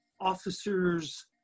officers